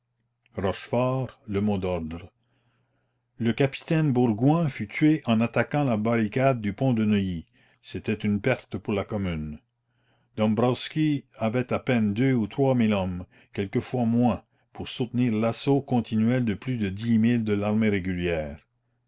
le capitaine bourgouin fut tué en attaquant la barricade du pont de neuilly c'était une perte pour la commune dombwroski avait à peine deux ou trois mille hommes quelquefois moins pour soutenir l'assaut continuel de plus de dix mille de l'armée régulière